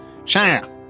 Shia